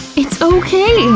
it's ok,